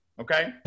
Okay